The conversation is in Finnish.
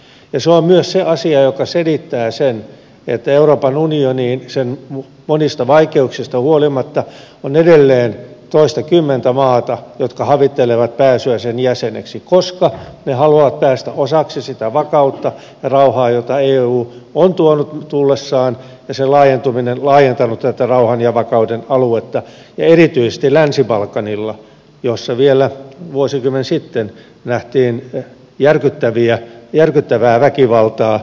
se on myös se asia joka selittää sen että euroopan unionilla sen monista vaikeuksista huolimatta on edelleen toistakymmentä maata jotka havittelevat pääsyä sen jäseneksi koska ne haluavat päästä osaksi sitä vakautta ja rauhaa jota eu on tuonut tullessaan ja sen laajentuminen on laajentanut tätä rauhan ja vakauden aluetta erityisesti länsi balkanilla missä vielä vuosikymmen sitten nähtiin järkyttävää väkivaltaa